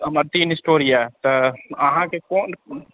हमर तीन स्टोर यऽ तऽ अहाँके कोन कोन